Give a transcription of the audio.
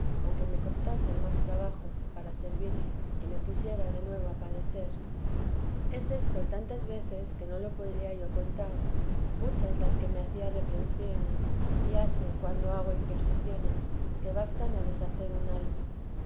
aunque me costasen más trabajos para servirle y me pusiera de nuevo a padecer es esto tantas veces que no lo podría yo contar muchas las que me hacía reprehensiones y hace cuando hago imperfecciones que bastan a deshacer un alma